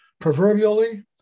proverbially